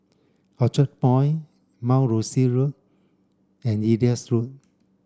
Orchard Point Mount Rosie Road and Elias Road